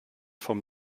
vom